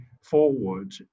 forward